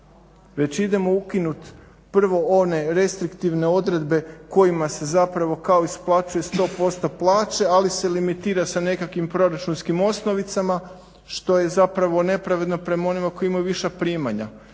već idemo ukinuti prvo one restriktivne odredbe kojima se kao isplaćuje 100% plaće ali se limitira sa nekakvim proračunskim osnovicama, što je nepravedno prema onima koji imaju viša primanja.